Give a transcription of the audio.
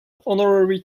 honorary